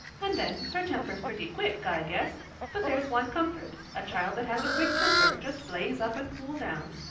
and then, her temper's pretty quick, i guess but there's one comfort, a child that has a quick temper, just blaze up and cool down,